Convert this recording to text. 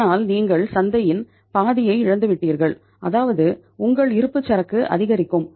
ஆனால் நீங்கள் சந்தையின் பாதியை இழந்துவிட்டீர்கள் அதாவது உங்கள் இருப்புச்சரக்கு அதிகரிக்கும்